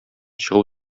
чыгу